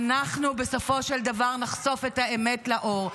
אנחנו בסופו של דבר נחשוף את האמת לאור.